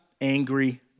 angry